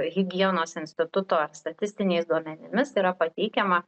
higienos instituto statistiniais duomenimis yra pateikiama